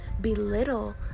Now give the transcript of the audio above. belittle